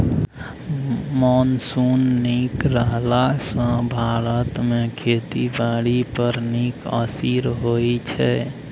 monsoon नीक रहला सँ भारत मे खेती बारी पर नीक असिर होइ छै